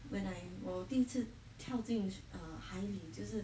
when I 我第一次跳进 err 海里就是